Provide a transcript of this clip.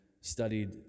studied